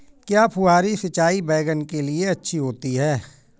क्या फुहारी सिंचाई बैगन के लिए अच्छी होती है?